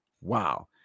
wow